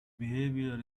behavior